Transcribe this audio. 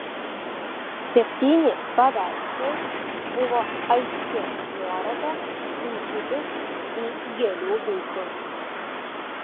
septyni paveikslai buvo aiški nuoroda į hipius į gėlių vaikus